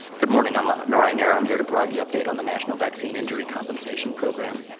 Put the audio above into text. good morning, i'm ah narayan nair, i'm here to provide the update on the national vaccine injury compensation program.